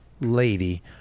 lady